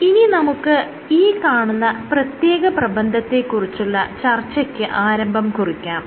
ഇനി നമുക്ക് ഈ കാണുന്ന പ്രത്യേക പ്രബന്ധത്തെ കുറിച്ചുള്ള ചർച്ചയ്ക്ക് ആരംഭം കുറിക്കാം